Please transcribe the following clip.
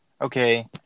okay